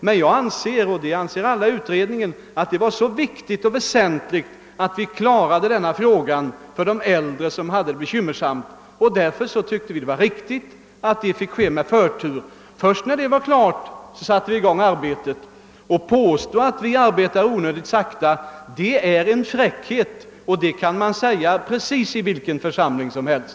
Men jag och alla i utredningen anser att det var så viktigt och väsentligt att vi klarade denna fråga för de äldre som hade det bekymmersamt, att det var riktigt att denna utredning fick göras med förtur. Först sedan den var klar satte vi i gång med det övriga arbetet. Att påstå att vi arbetat onödigt sakta är en fräckhet, och det kan man säga i vilken församling som helst.